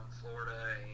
Florida